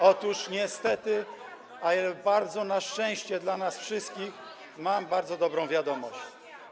Otóż niestety, ale na szczęście dla nas wszystkich mam bardzo dobrą wiadomość.